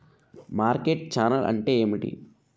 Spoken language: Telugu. మార్కెట్ ఛానల్ అంటే ఏమిటి?